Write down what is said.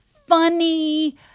funny